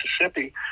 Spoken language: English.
Mississippi